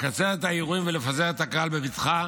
לקצר את האירועים ולפזר את הקהל בבטחה